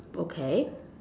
okay